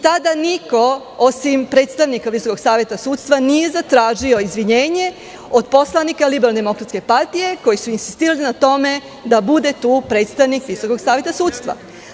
Tada niko osim predstavnika Visokog saveta sudstva nije zatražio izvinjenje od poslanika LDP, koji su insistirali na tome da bude tu predstavnika Visokog saveta sudstva.